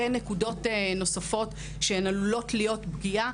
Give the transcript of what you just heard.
נקודות נוספות שבהן עלולה להיות פגיעה.